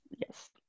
Yes